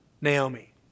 Naomi